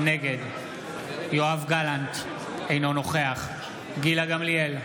נגד יואב גלנט, אינו נוכח גילה גמליאל,